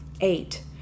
Eight